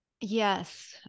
Yes